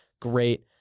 Great